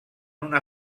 una